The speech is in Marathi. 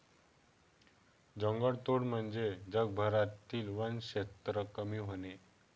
जंगलतोड म्हणजे जगभरातील वनक्षेत्र कमी होणे